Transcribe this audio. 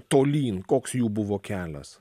tolyn koks jų buvo kelias